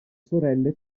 sorelle